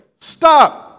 Stop